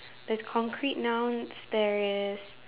there's concrete nouns there is